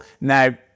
Now